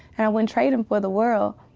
wouldnt trade him for the world.